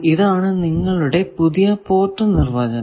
ഇതാണ് നിങ്ങളുടെ പുതിയ പോർട്ട് നിർവചനം